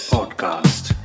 Podcast